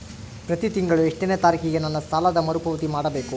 ಪ್ರತಿ ತಿಂಗಳು ಎಷ್ಟನೇ ತಾರೇಕಿಗೆ ನನ್ನ ಸಾಲದ ಮರುಪಾವತಿ ಮಾಡಬೇಕು?